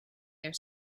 their